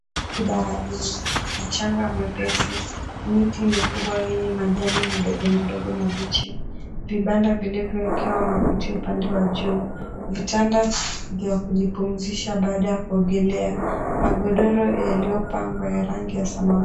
...bahari, mchanga mwepesi, miti mikubwa yenye majani madogo madogo mabichi, vibanda vilivyokuwa makuti upande wa juu, vitanda vya kujipumzisha baada ya kuogelea, magodoro yaliyopangwa ya rangi ya samawati.